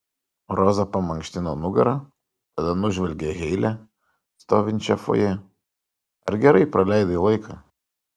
roza pamankštino nugarą tada nužvelgė heile stovinčią fojė ar gerai praleidai laiką